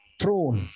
throne